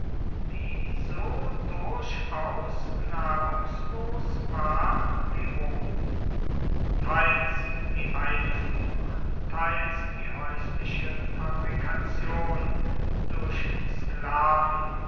die so durchaus nahrungslos war wie rom teils die einfuhr teils die häusliche fabrikation durch sklaven